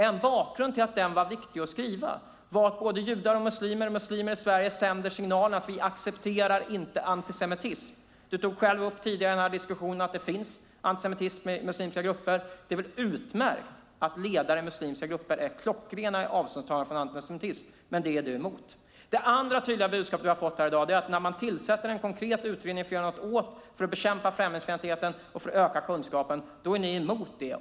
En bakgrund till att den var viktig att skriva var att både judar och muslimer i Sverige sänder signalen: Vi accepterar inte antisemitism. Du tog själv tidigare i denna diskussion upp att det finns antisemitism i muslimska grupper. Det är väl utmärkt att ledare i muslimska grupper är klockrena i avståndstagandet från antisemitism? Men det är du emot. Det andra tydliga budskapet som vi har fått här i dag är att när man tillsätter en konkret utredning för att bekämpa främlingsfientligheten och för att öka kunskapen är ni emot det.